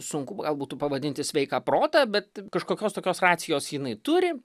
sunku gal būtų pavadinti sveiką protą bet kažkokios tokios racijos jinai turi